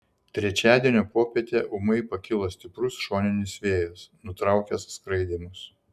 trečiadienio popietę ūmai pakilo stiprus šoninis vėjas nutraukęs skraidymus